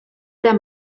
der